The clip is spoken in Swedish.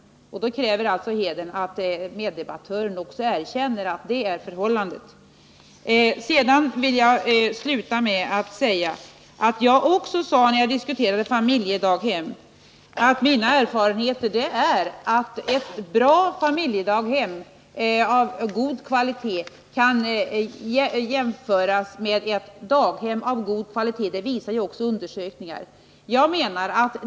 Då kräver hedern att meddebattören också erkänner att så är förhållandet. Jag sade även, när jag diskuterade familjedaghemmen, att mina erfarenheter säger att ett familjedaghem av god kvalitet kan jämföras med ett daghem av god kvalitet. Det visar också undersökningar.